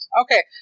Okay